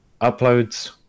uploads